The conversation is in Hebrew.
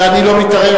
בזה אני לא מתערב.